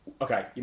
Okay